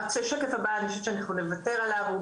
השקף הבא אני חושבת שאנחנו נוותר עליו הוא